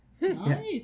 Nice